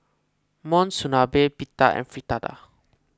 Monsunabe Pita and Fritada